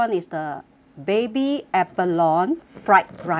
baby abalone fried rice